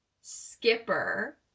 skipper